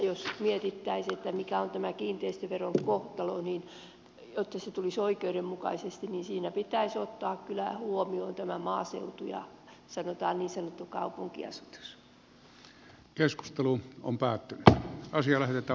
jos mietittäisiin mikä on tämä kiinteistöveron kohtalo niin jotta se tulisi oikeudenmukaisesti siinä pitäisi ottaa kyllä huomioon tämä maaseutu ja sanotaan niin sanottu kaupunkiasutus